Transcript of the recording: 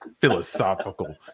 philosophical